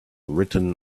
written